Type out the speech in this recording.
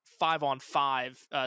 five-on-five